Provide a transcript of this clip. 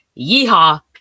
Yeehaw